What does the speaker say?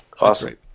Awesome